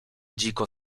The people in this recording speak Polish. dziko